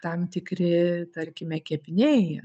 tam tikri tarkime kepiniai